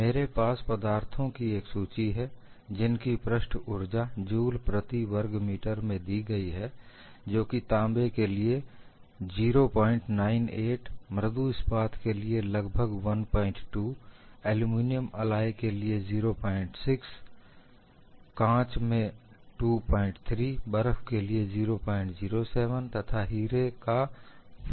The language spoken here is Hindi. मेरे पास पदार्थों की एक सूची है जिनकी पृष्ठ ऊर्जा जूल प्रति वर्ग मीटर में दी गई है जो कि तांबे के लिए 098 मृदु इस्पात के लिए लगभग 12 एल्युमिनियम एलॉय के लिए 06 के लिए काँच में 23 बर्फ के लिए 007 तथा हीरे का 550 है